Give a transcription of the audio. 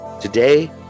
Today